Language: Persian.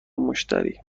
مشتری